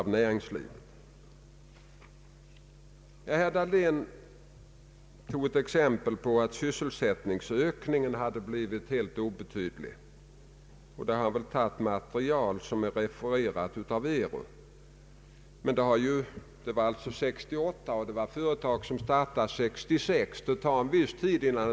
Vi måste också med stort intresse studera vad vi skall göra i glesbygden, och därför arbetar vi parallellt med de uppgifterna. Vi vet att människorna där har vissa anspråk.